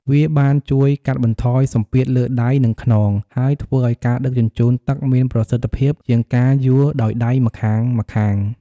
វាបានជួយកាត់បន្ថយសម្ពាធលើដៃ និងខ្នង ហើយធ្វើឱ្យការដឹកជញ្ជូនទឹកមានប្រសិទ្ធភាពជាងការយួរដោយដៃម្ខាងៗ។